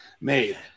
made